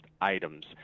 items